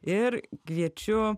ir kviečiu